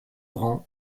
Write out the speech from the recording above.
rang